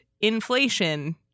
inflation